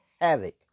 havoc